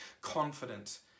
confident